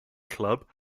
club